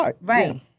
Right